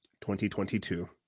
2022